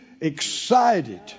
excited